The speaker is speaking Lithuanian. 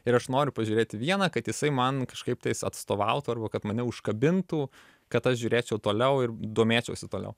ir aš noriu pažiūrėti vieną kad jisai man kažkaip tais atstovautų arba kad mane užkabintų kad aš žiūrėčiau toliau ir domėčiausi toliau